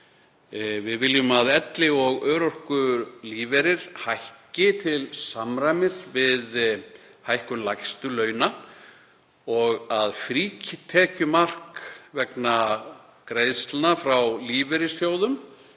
Við viljum að elli- og örorkulífeyrir hækki til samræmis við hækkun lægstu launa og að frítekjumark vegna greiðslna frá lífeyrissjóðum